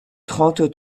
trente